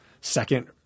second